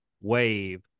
wave